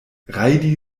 rajdi